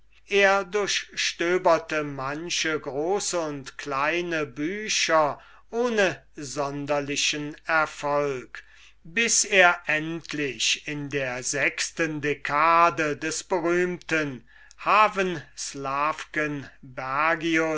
er durchstöberte manche große und kleine bücher ohne sonderlichen erfolg bis er endlich in der sechsten dekade des berühmten